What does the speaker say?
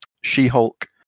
She-Hulk